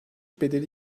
bedeli